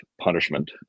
punishment